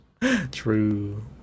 True